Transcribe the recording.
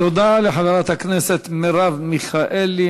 תודה לחברת הכנסת מרב מיכאלי.